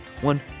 One